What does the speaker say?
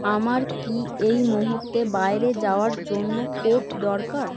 আমার কি এই মুহুর্তে বাইরে যাওয়ার জন্য কোট দরকার